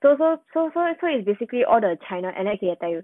so so so so it's basically all the china and then K I tell you